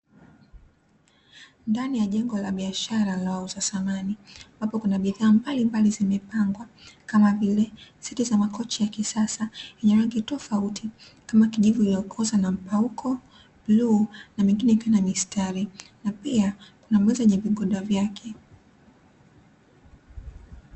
Ndani ya jengo la bashara la wauza samani, ambapo kuna bidhaa mbalimbali zimepangwa, kama vile: seti za makochi ya kisasa yenye rangi tofauti kama kijivu iliyokoza na mpauko, bluu na mengine ikiwa na mistari, na pia inauzwa na vigoda vyake.